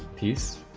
peace,